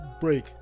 break